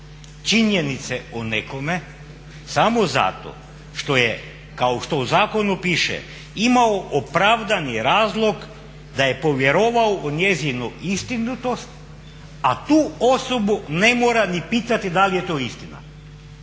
činjenice o nekome samo zato što je kao što u zakonu piše imao opravdani razlog da je povjerovao u njezinu istinitost a tu osobu ne mora ni pitati da li je to istina,